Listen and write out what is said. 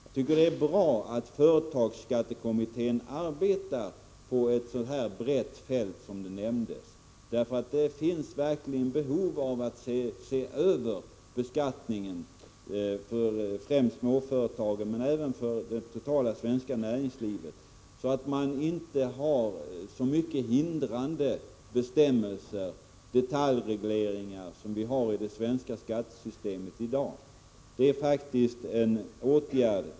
Jag tycker det är bra att företagsskattekommittén arbetar på ett så brett fält som här nämndes — det finns verkligen behov av att se över beskattningen, främst för småföretagen men även för det totala svenska näringslivet, så att man inte har för många hindrande bestämmelser, detaljregleringar, som vi har i det svenska skattesystemet i dag.